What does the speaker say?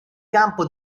campo